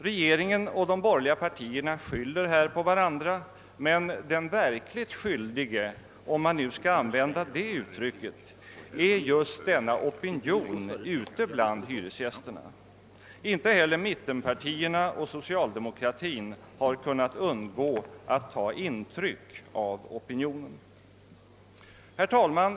Regeringen och de borgerliga partierna skyller på varandra, men den verkligt »skyldige» — om man nu skall använda det uttrycket — är just denna opinion bland hyresgästerna. Inte heller mittenpartierna och socialdemokratin har kunnat undgå att ta intryck av den opinionen. Herr talman!